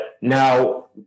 now